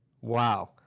Wow